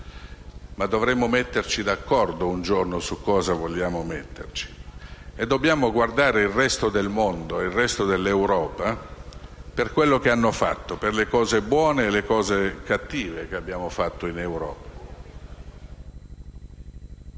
ma dovremmo metterci d'accordo, un giorno, su cosa dovrebbe contenere. Dobbiamo guardare il resto del mondo e il resto dell'Europa per quello che hanno fatto, per le cose buone e le cose cattive che abbiamo fatto in Europa.